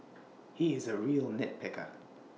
he is A real nitpicker